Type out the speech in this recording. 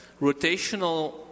rotational